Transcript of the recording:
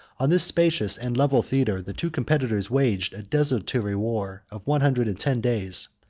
on this spacious and level theatre, the two competitors waged a desultory war of one hundred and ten days.